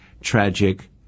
tragic